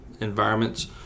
environments